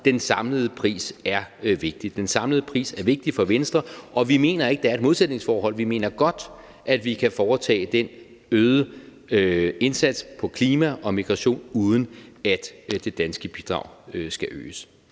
det lidt være lige meget. Den samlede pris er vigtig for Venstre, og vi mener ikke, at der er et modsætningsforhold. Vi mener godt, at vi kan foretage den øgede indsats på klima- og migrationsområdet, uden at det danske bidrag skal øges.